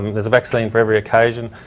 there's a vaccine for every occasion.